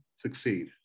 succeed